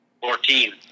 Fourteen